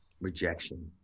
rejection